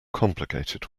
complicated